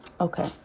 Okay